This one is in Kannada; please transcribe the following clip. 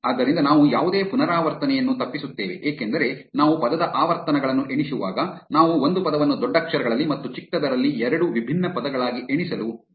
ಆದ್ದರಿಂದ ನಾವು ಯಾವುದೇ ಪುನರಾವರ್ತನೆಯನ್ನು ತಪ್ಪಿಸುತ್ತೇವೆ ಏಕೆಂದರೆ ನಾವು ಪದದ ಆವರ್ತನಗಳನ್ನು ಎಣಿಸುವಾಗ ನಾವು ಒಂದು ಪದವನ್ನು ದೊಡ್ಡಕ್ಷರಗಳಲ್ಲಿ ಮತ್ತು ಚಿಕ್ಕದರಲ್ಲಿ ಎರಡು ವಿಭಿನ್ನ ಪದಗಳಾಗಿ ಎಣಿಸಲು ಬಯಸುವುದಿಲ್ಲ